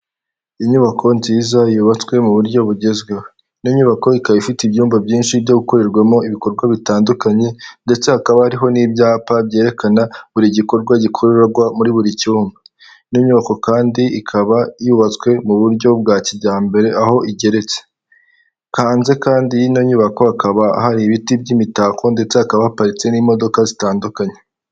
Inyubako nziza yubatswe mu buryo bugezweho ino nyubako ikaba ifite ibyumba byinshi byo gukorerwamo ibikorwa bitandukanye ndetse hakaba hariho n'ibyapa byerekana buri gikorwa gikorerwa muri buri cyumba ino nyubako kandi ikaba yubatswe mu buryo bwa kijyambere aho igeretse hanze kandi y'ino nyubako hakaba hari ibiti by'imitako ndetse hakaba haparitse n'imodoka zitandukanye.